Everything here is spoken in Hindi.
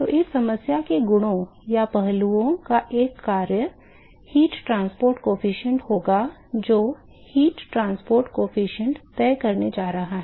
तो इस समस्या के विभिन्न गुणों या पहलुओं का एक कार्य ऊष्मा परिवहन गुणांक होगा जो ऊष्मा परिवहन गुणांक तय करने जा रहा है